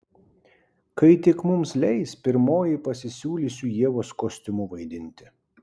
kai tik mums leis pirmoji pasisiūlysiu ievos kostiumu vaidinti